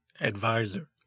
advisor